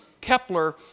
Kepler